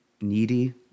needy